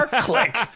Click